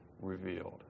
revealed